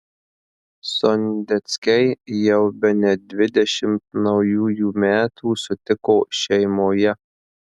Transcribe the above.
sondeckiai jau bene dvidešimt naujųjų metų sutiko šeimoje